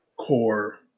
core